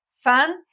Fun